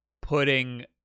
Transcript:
putting